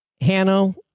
Hanno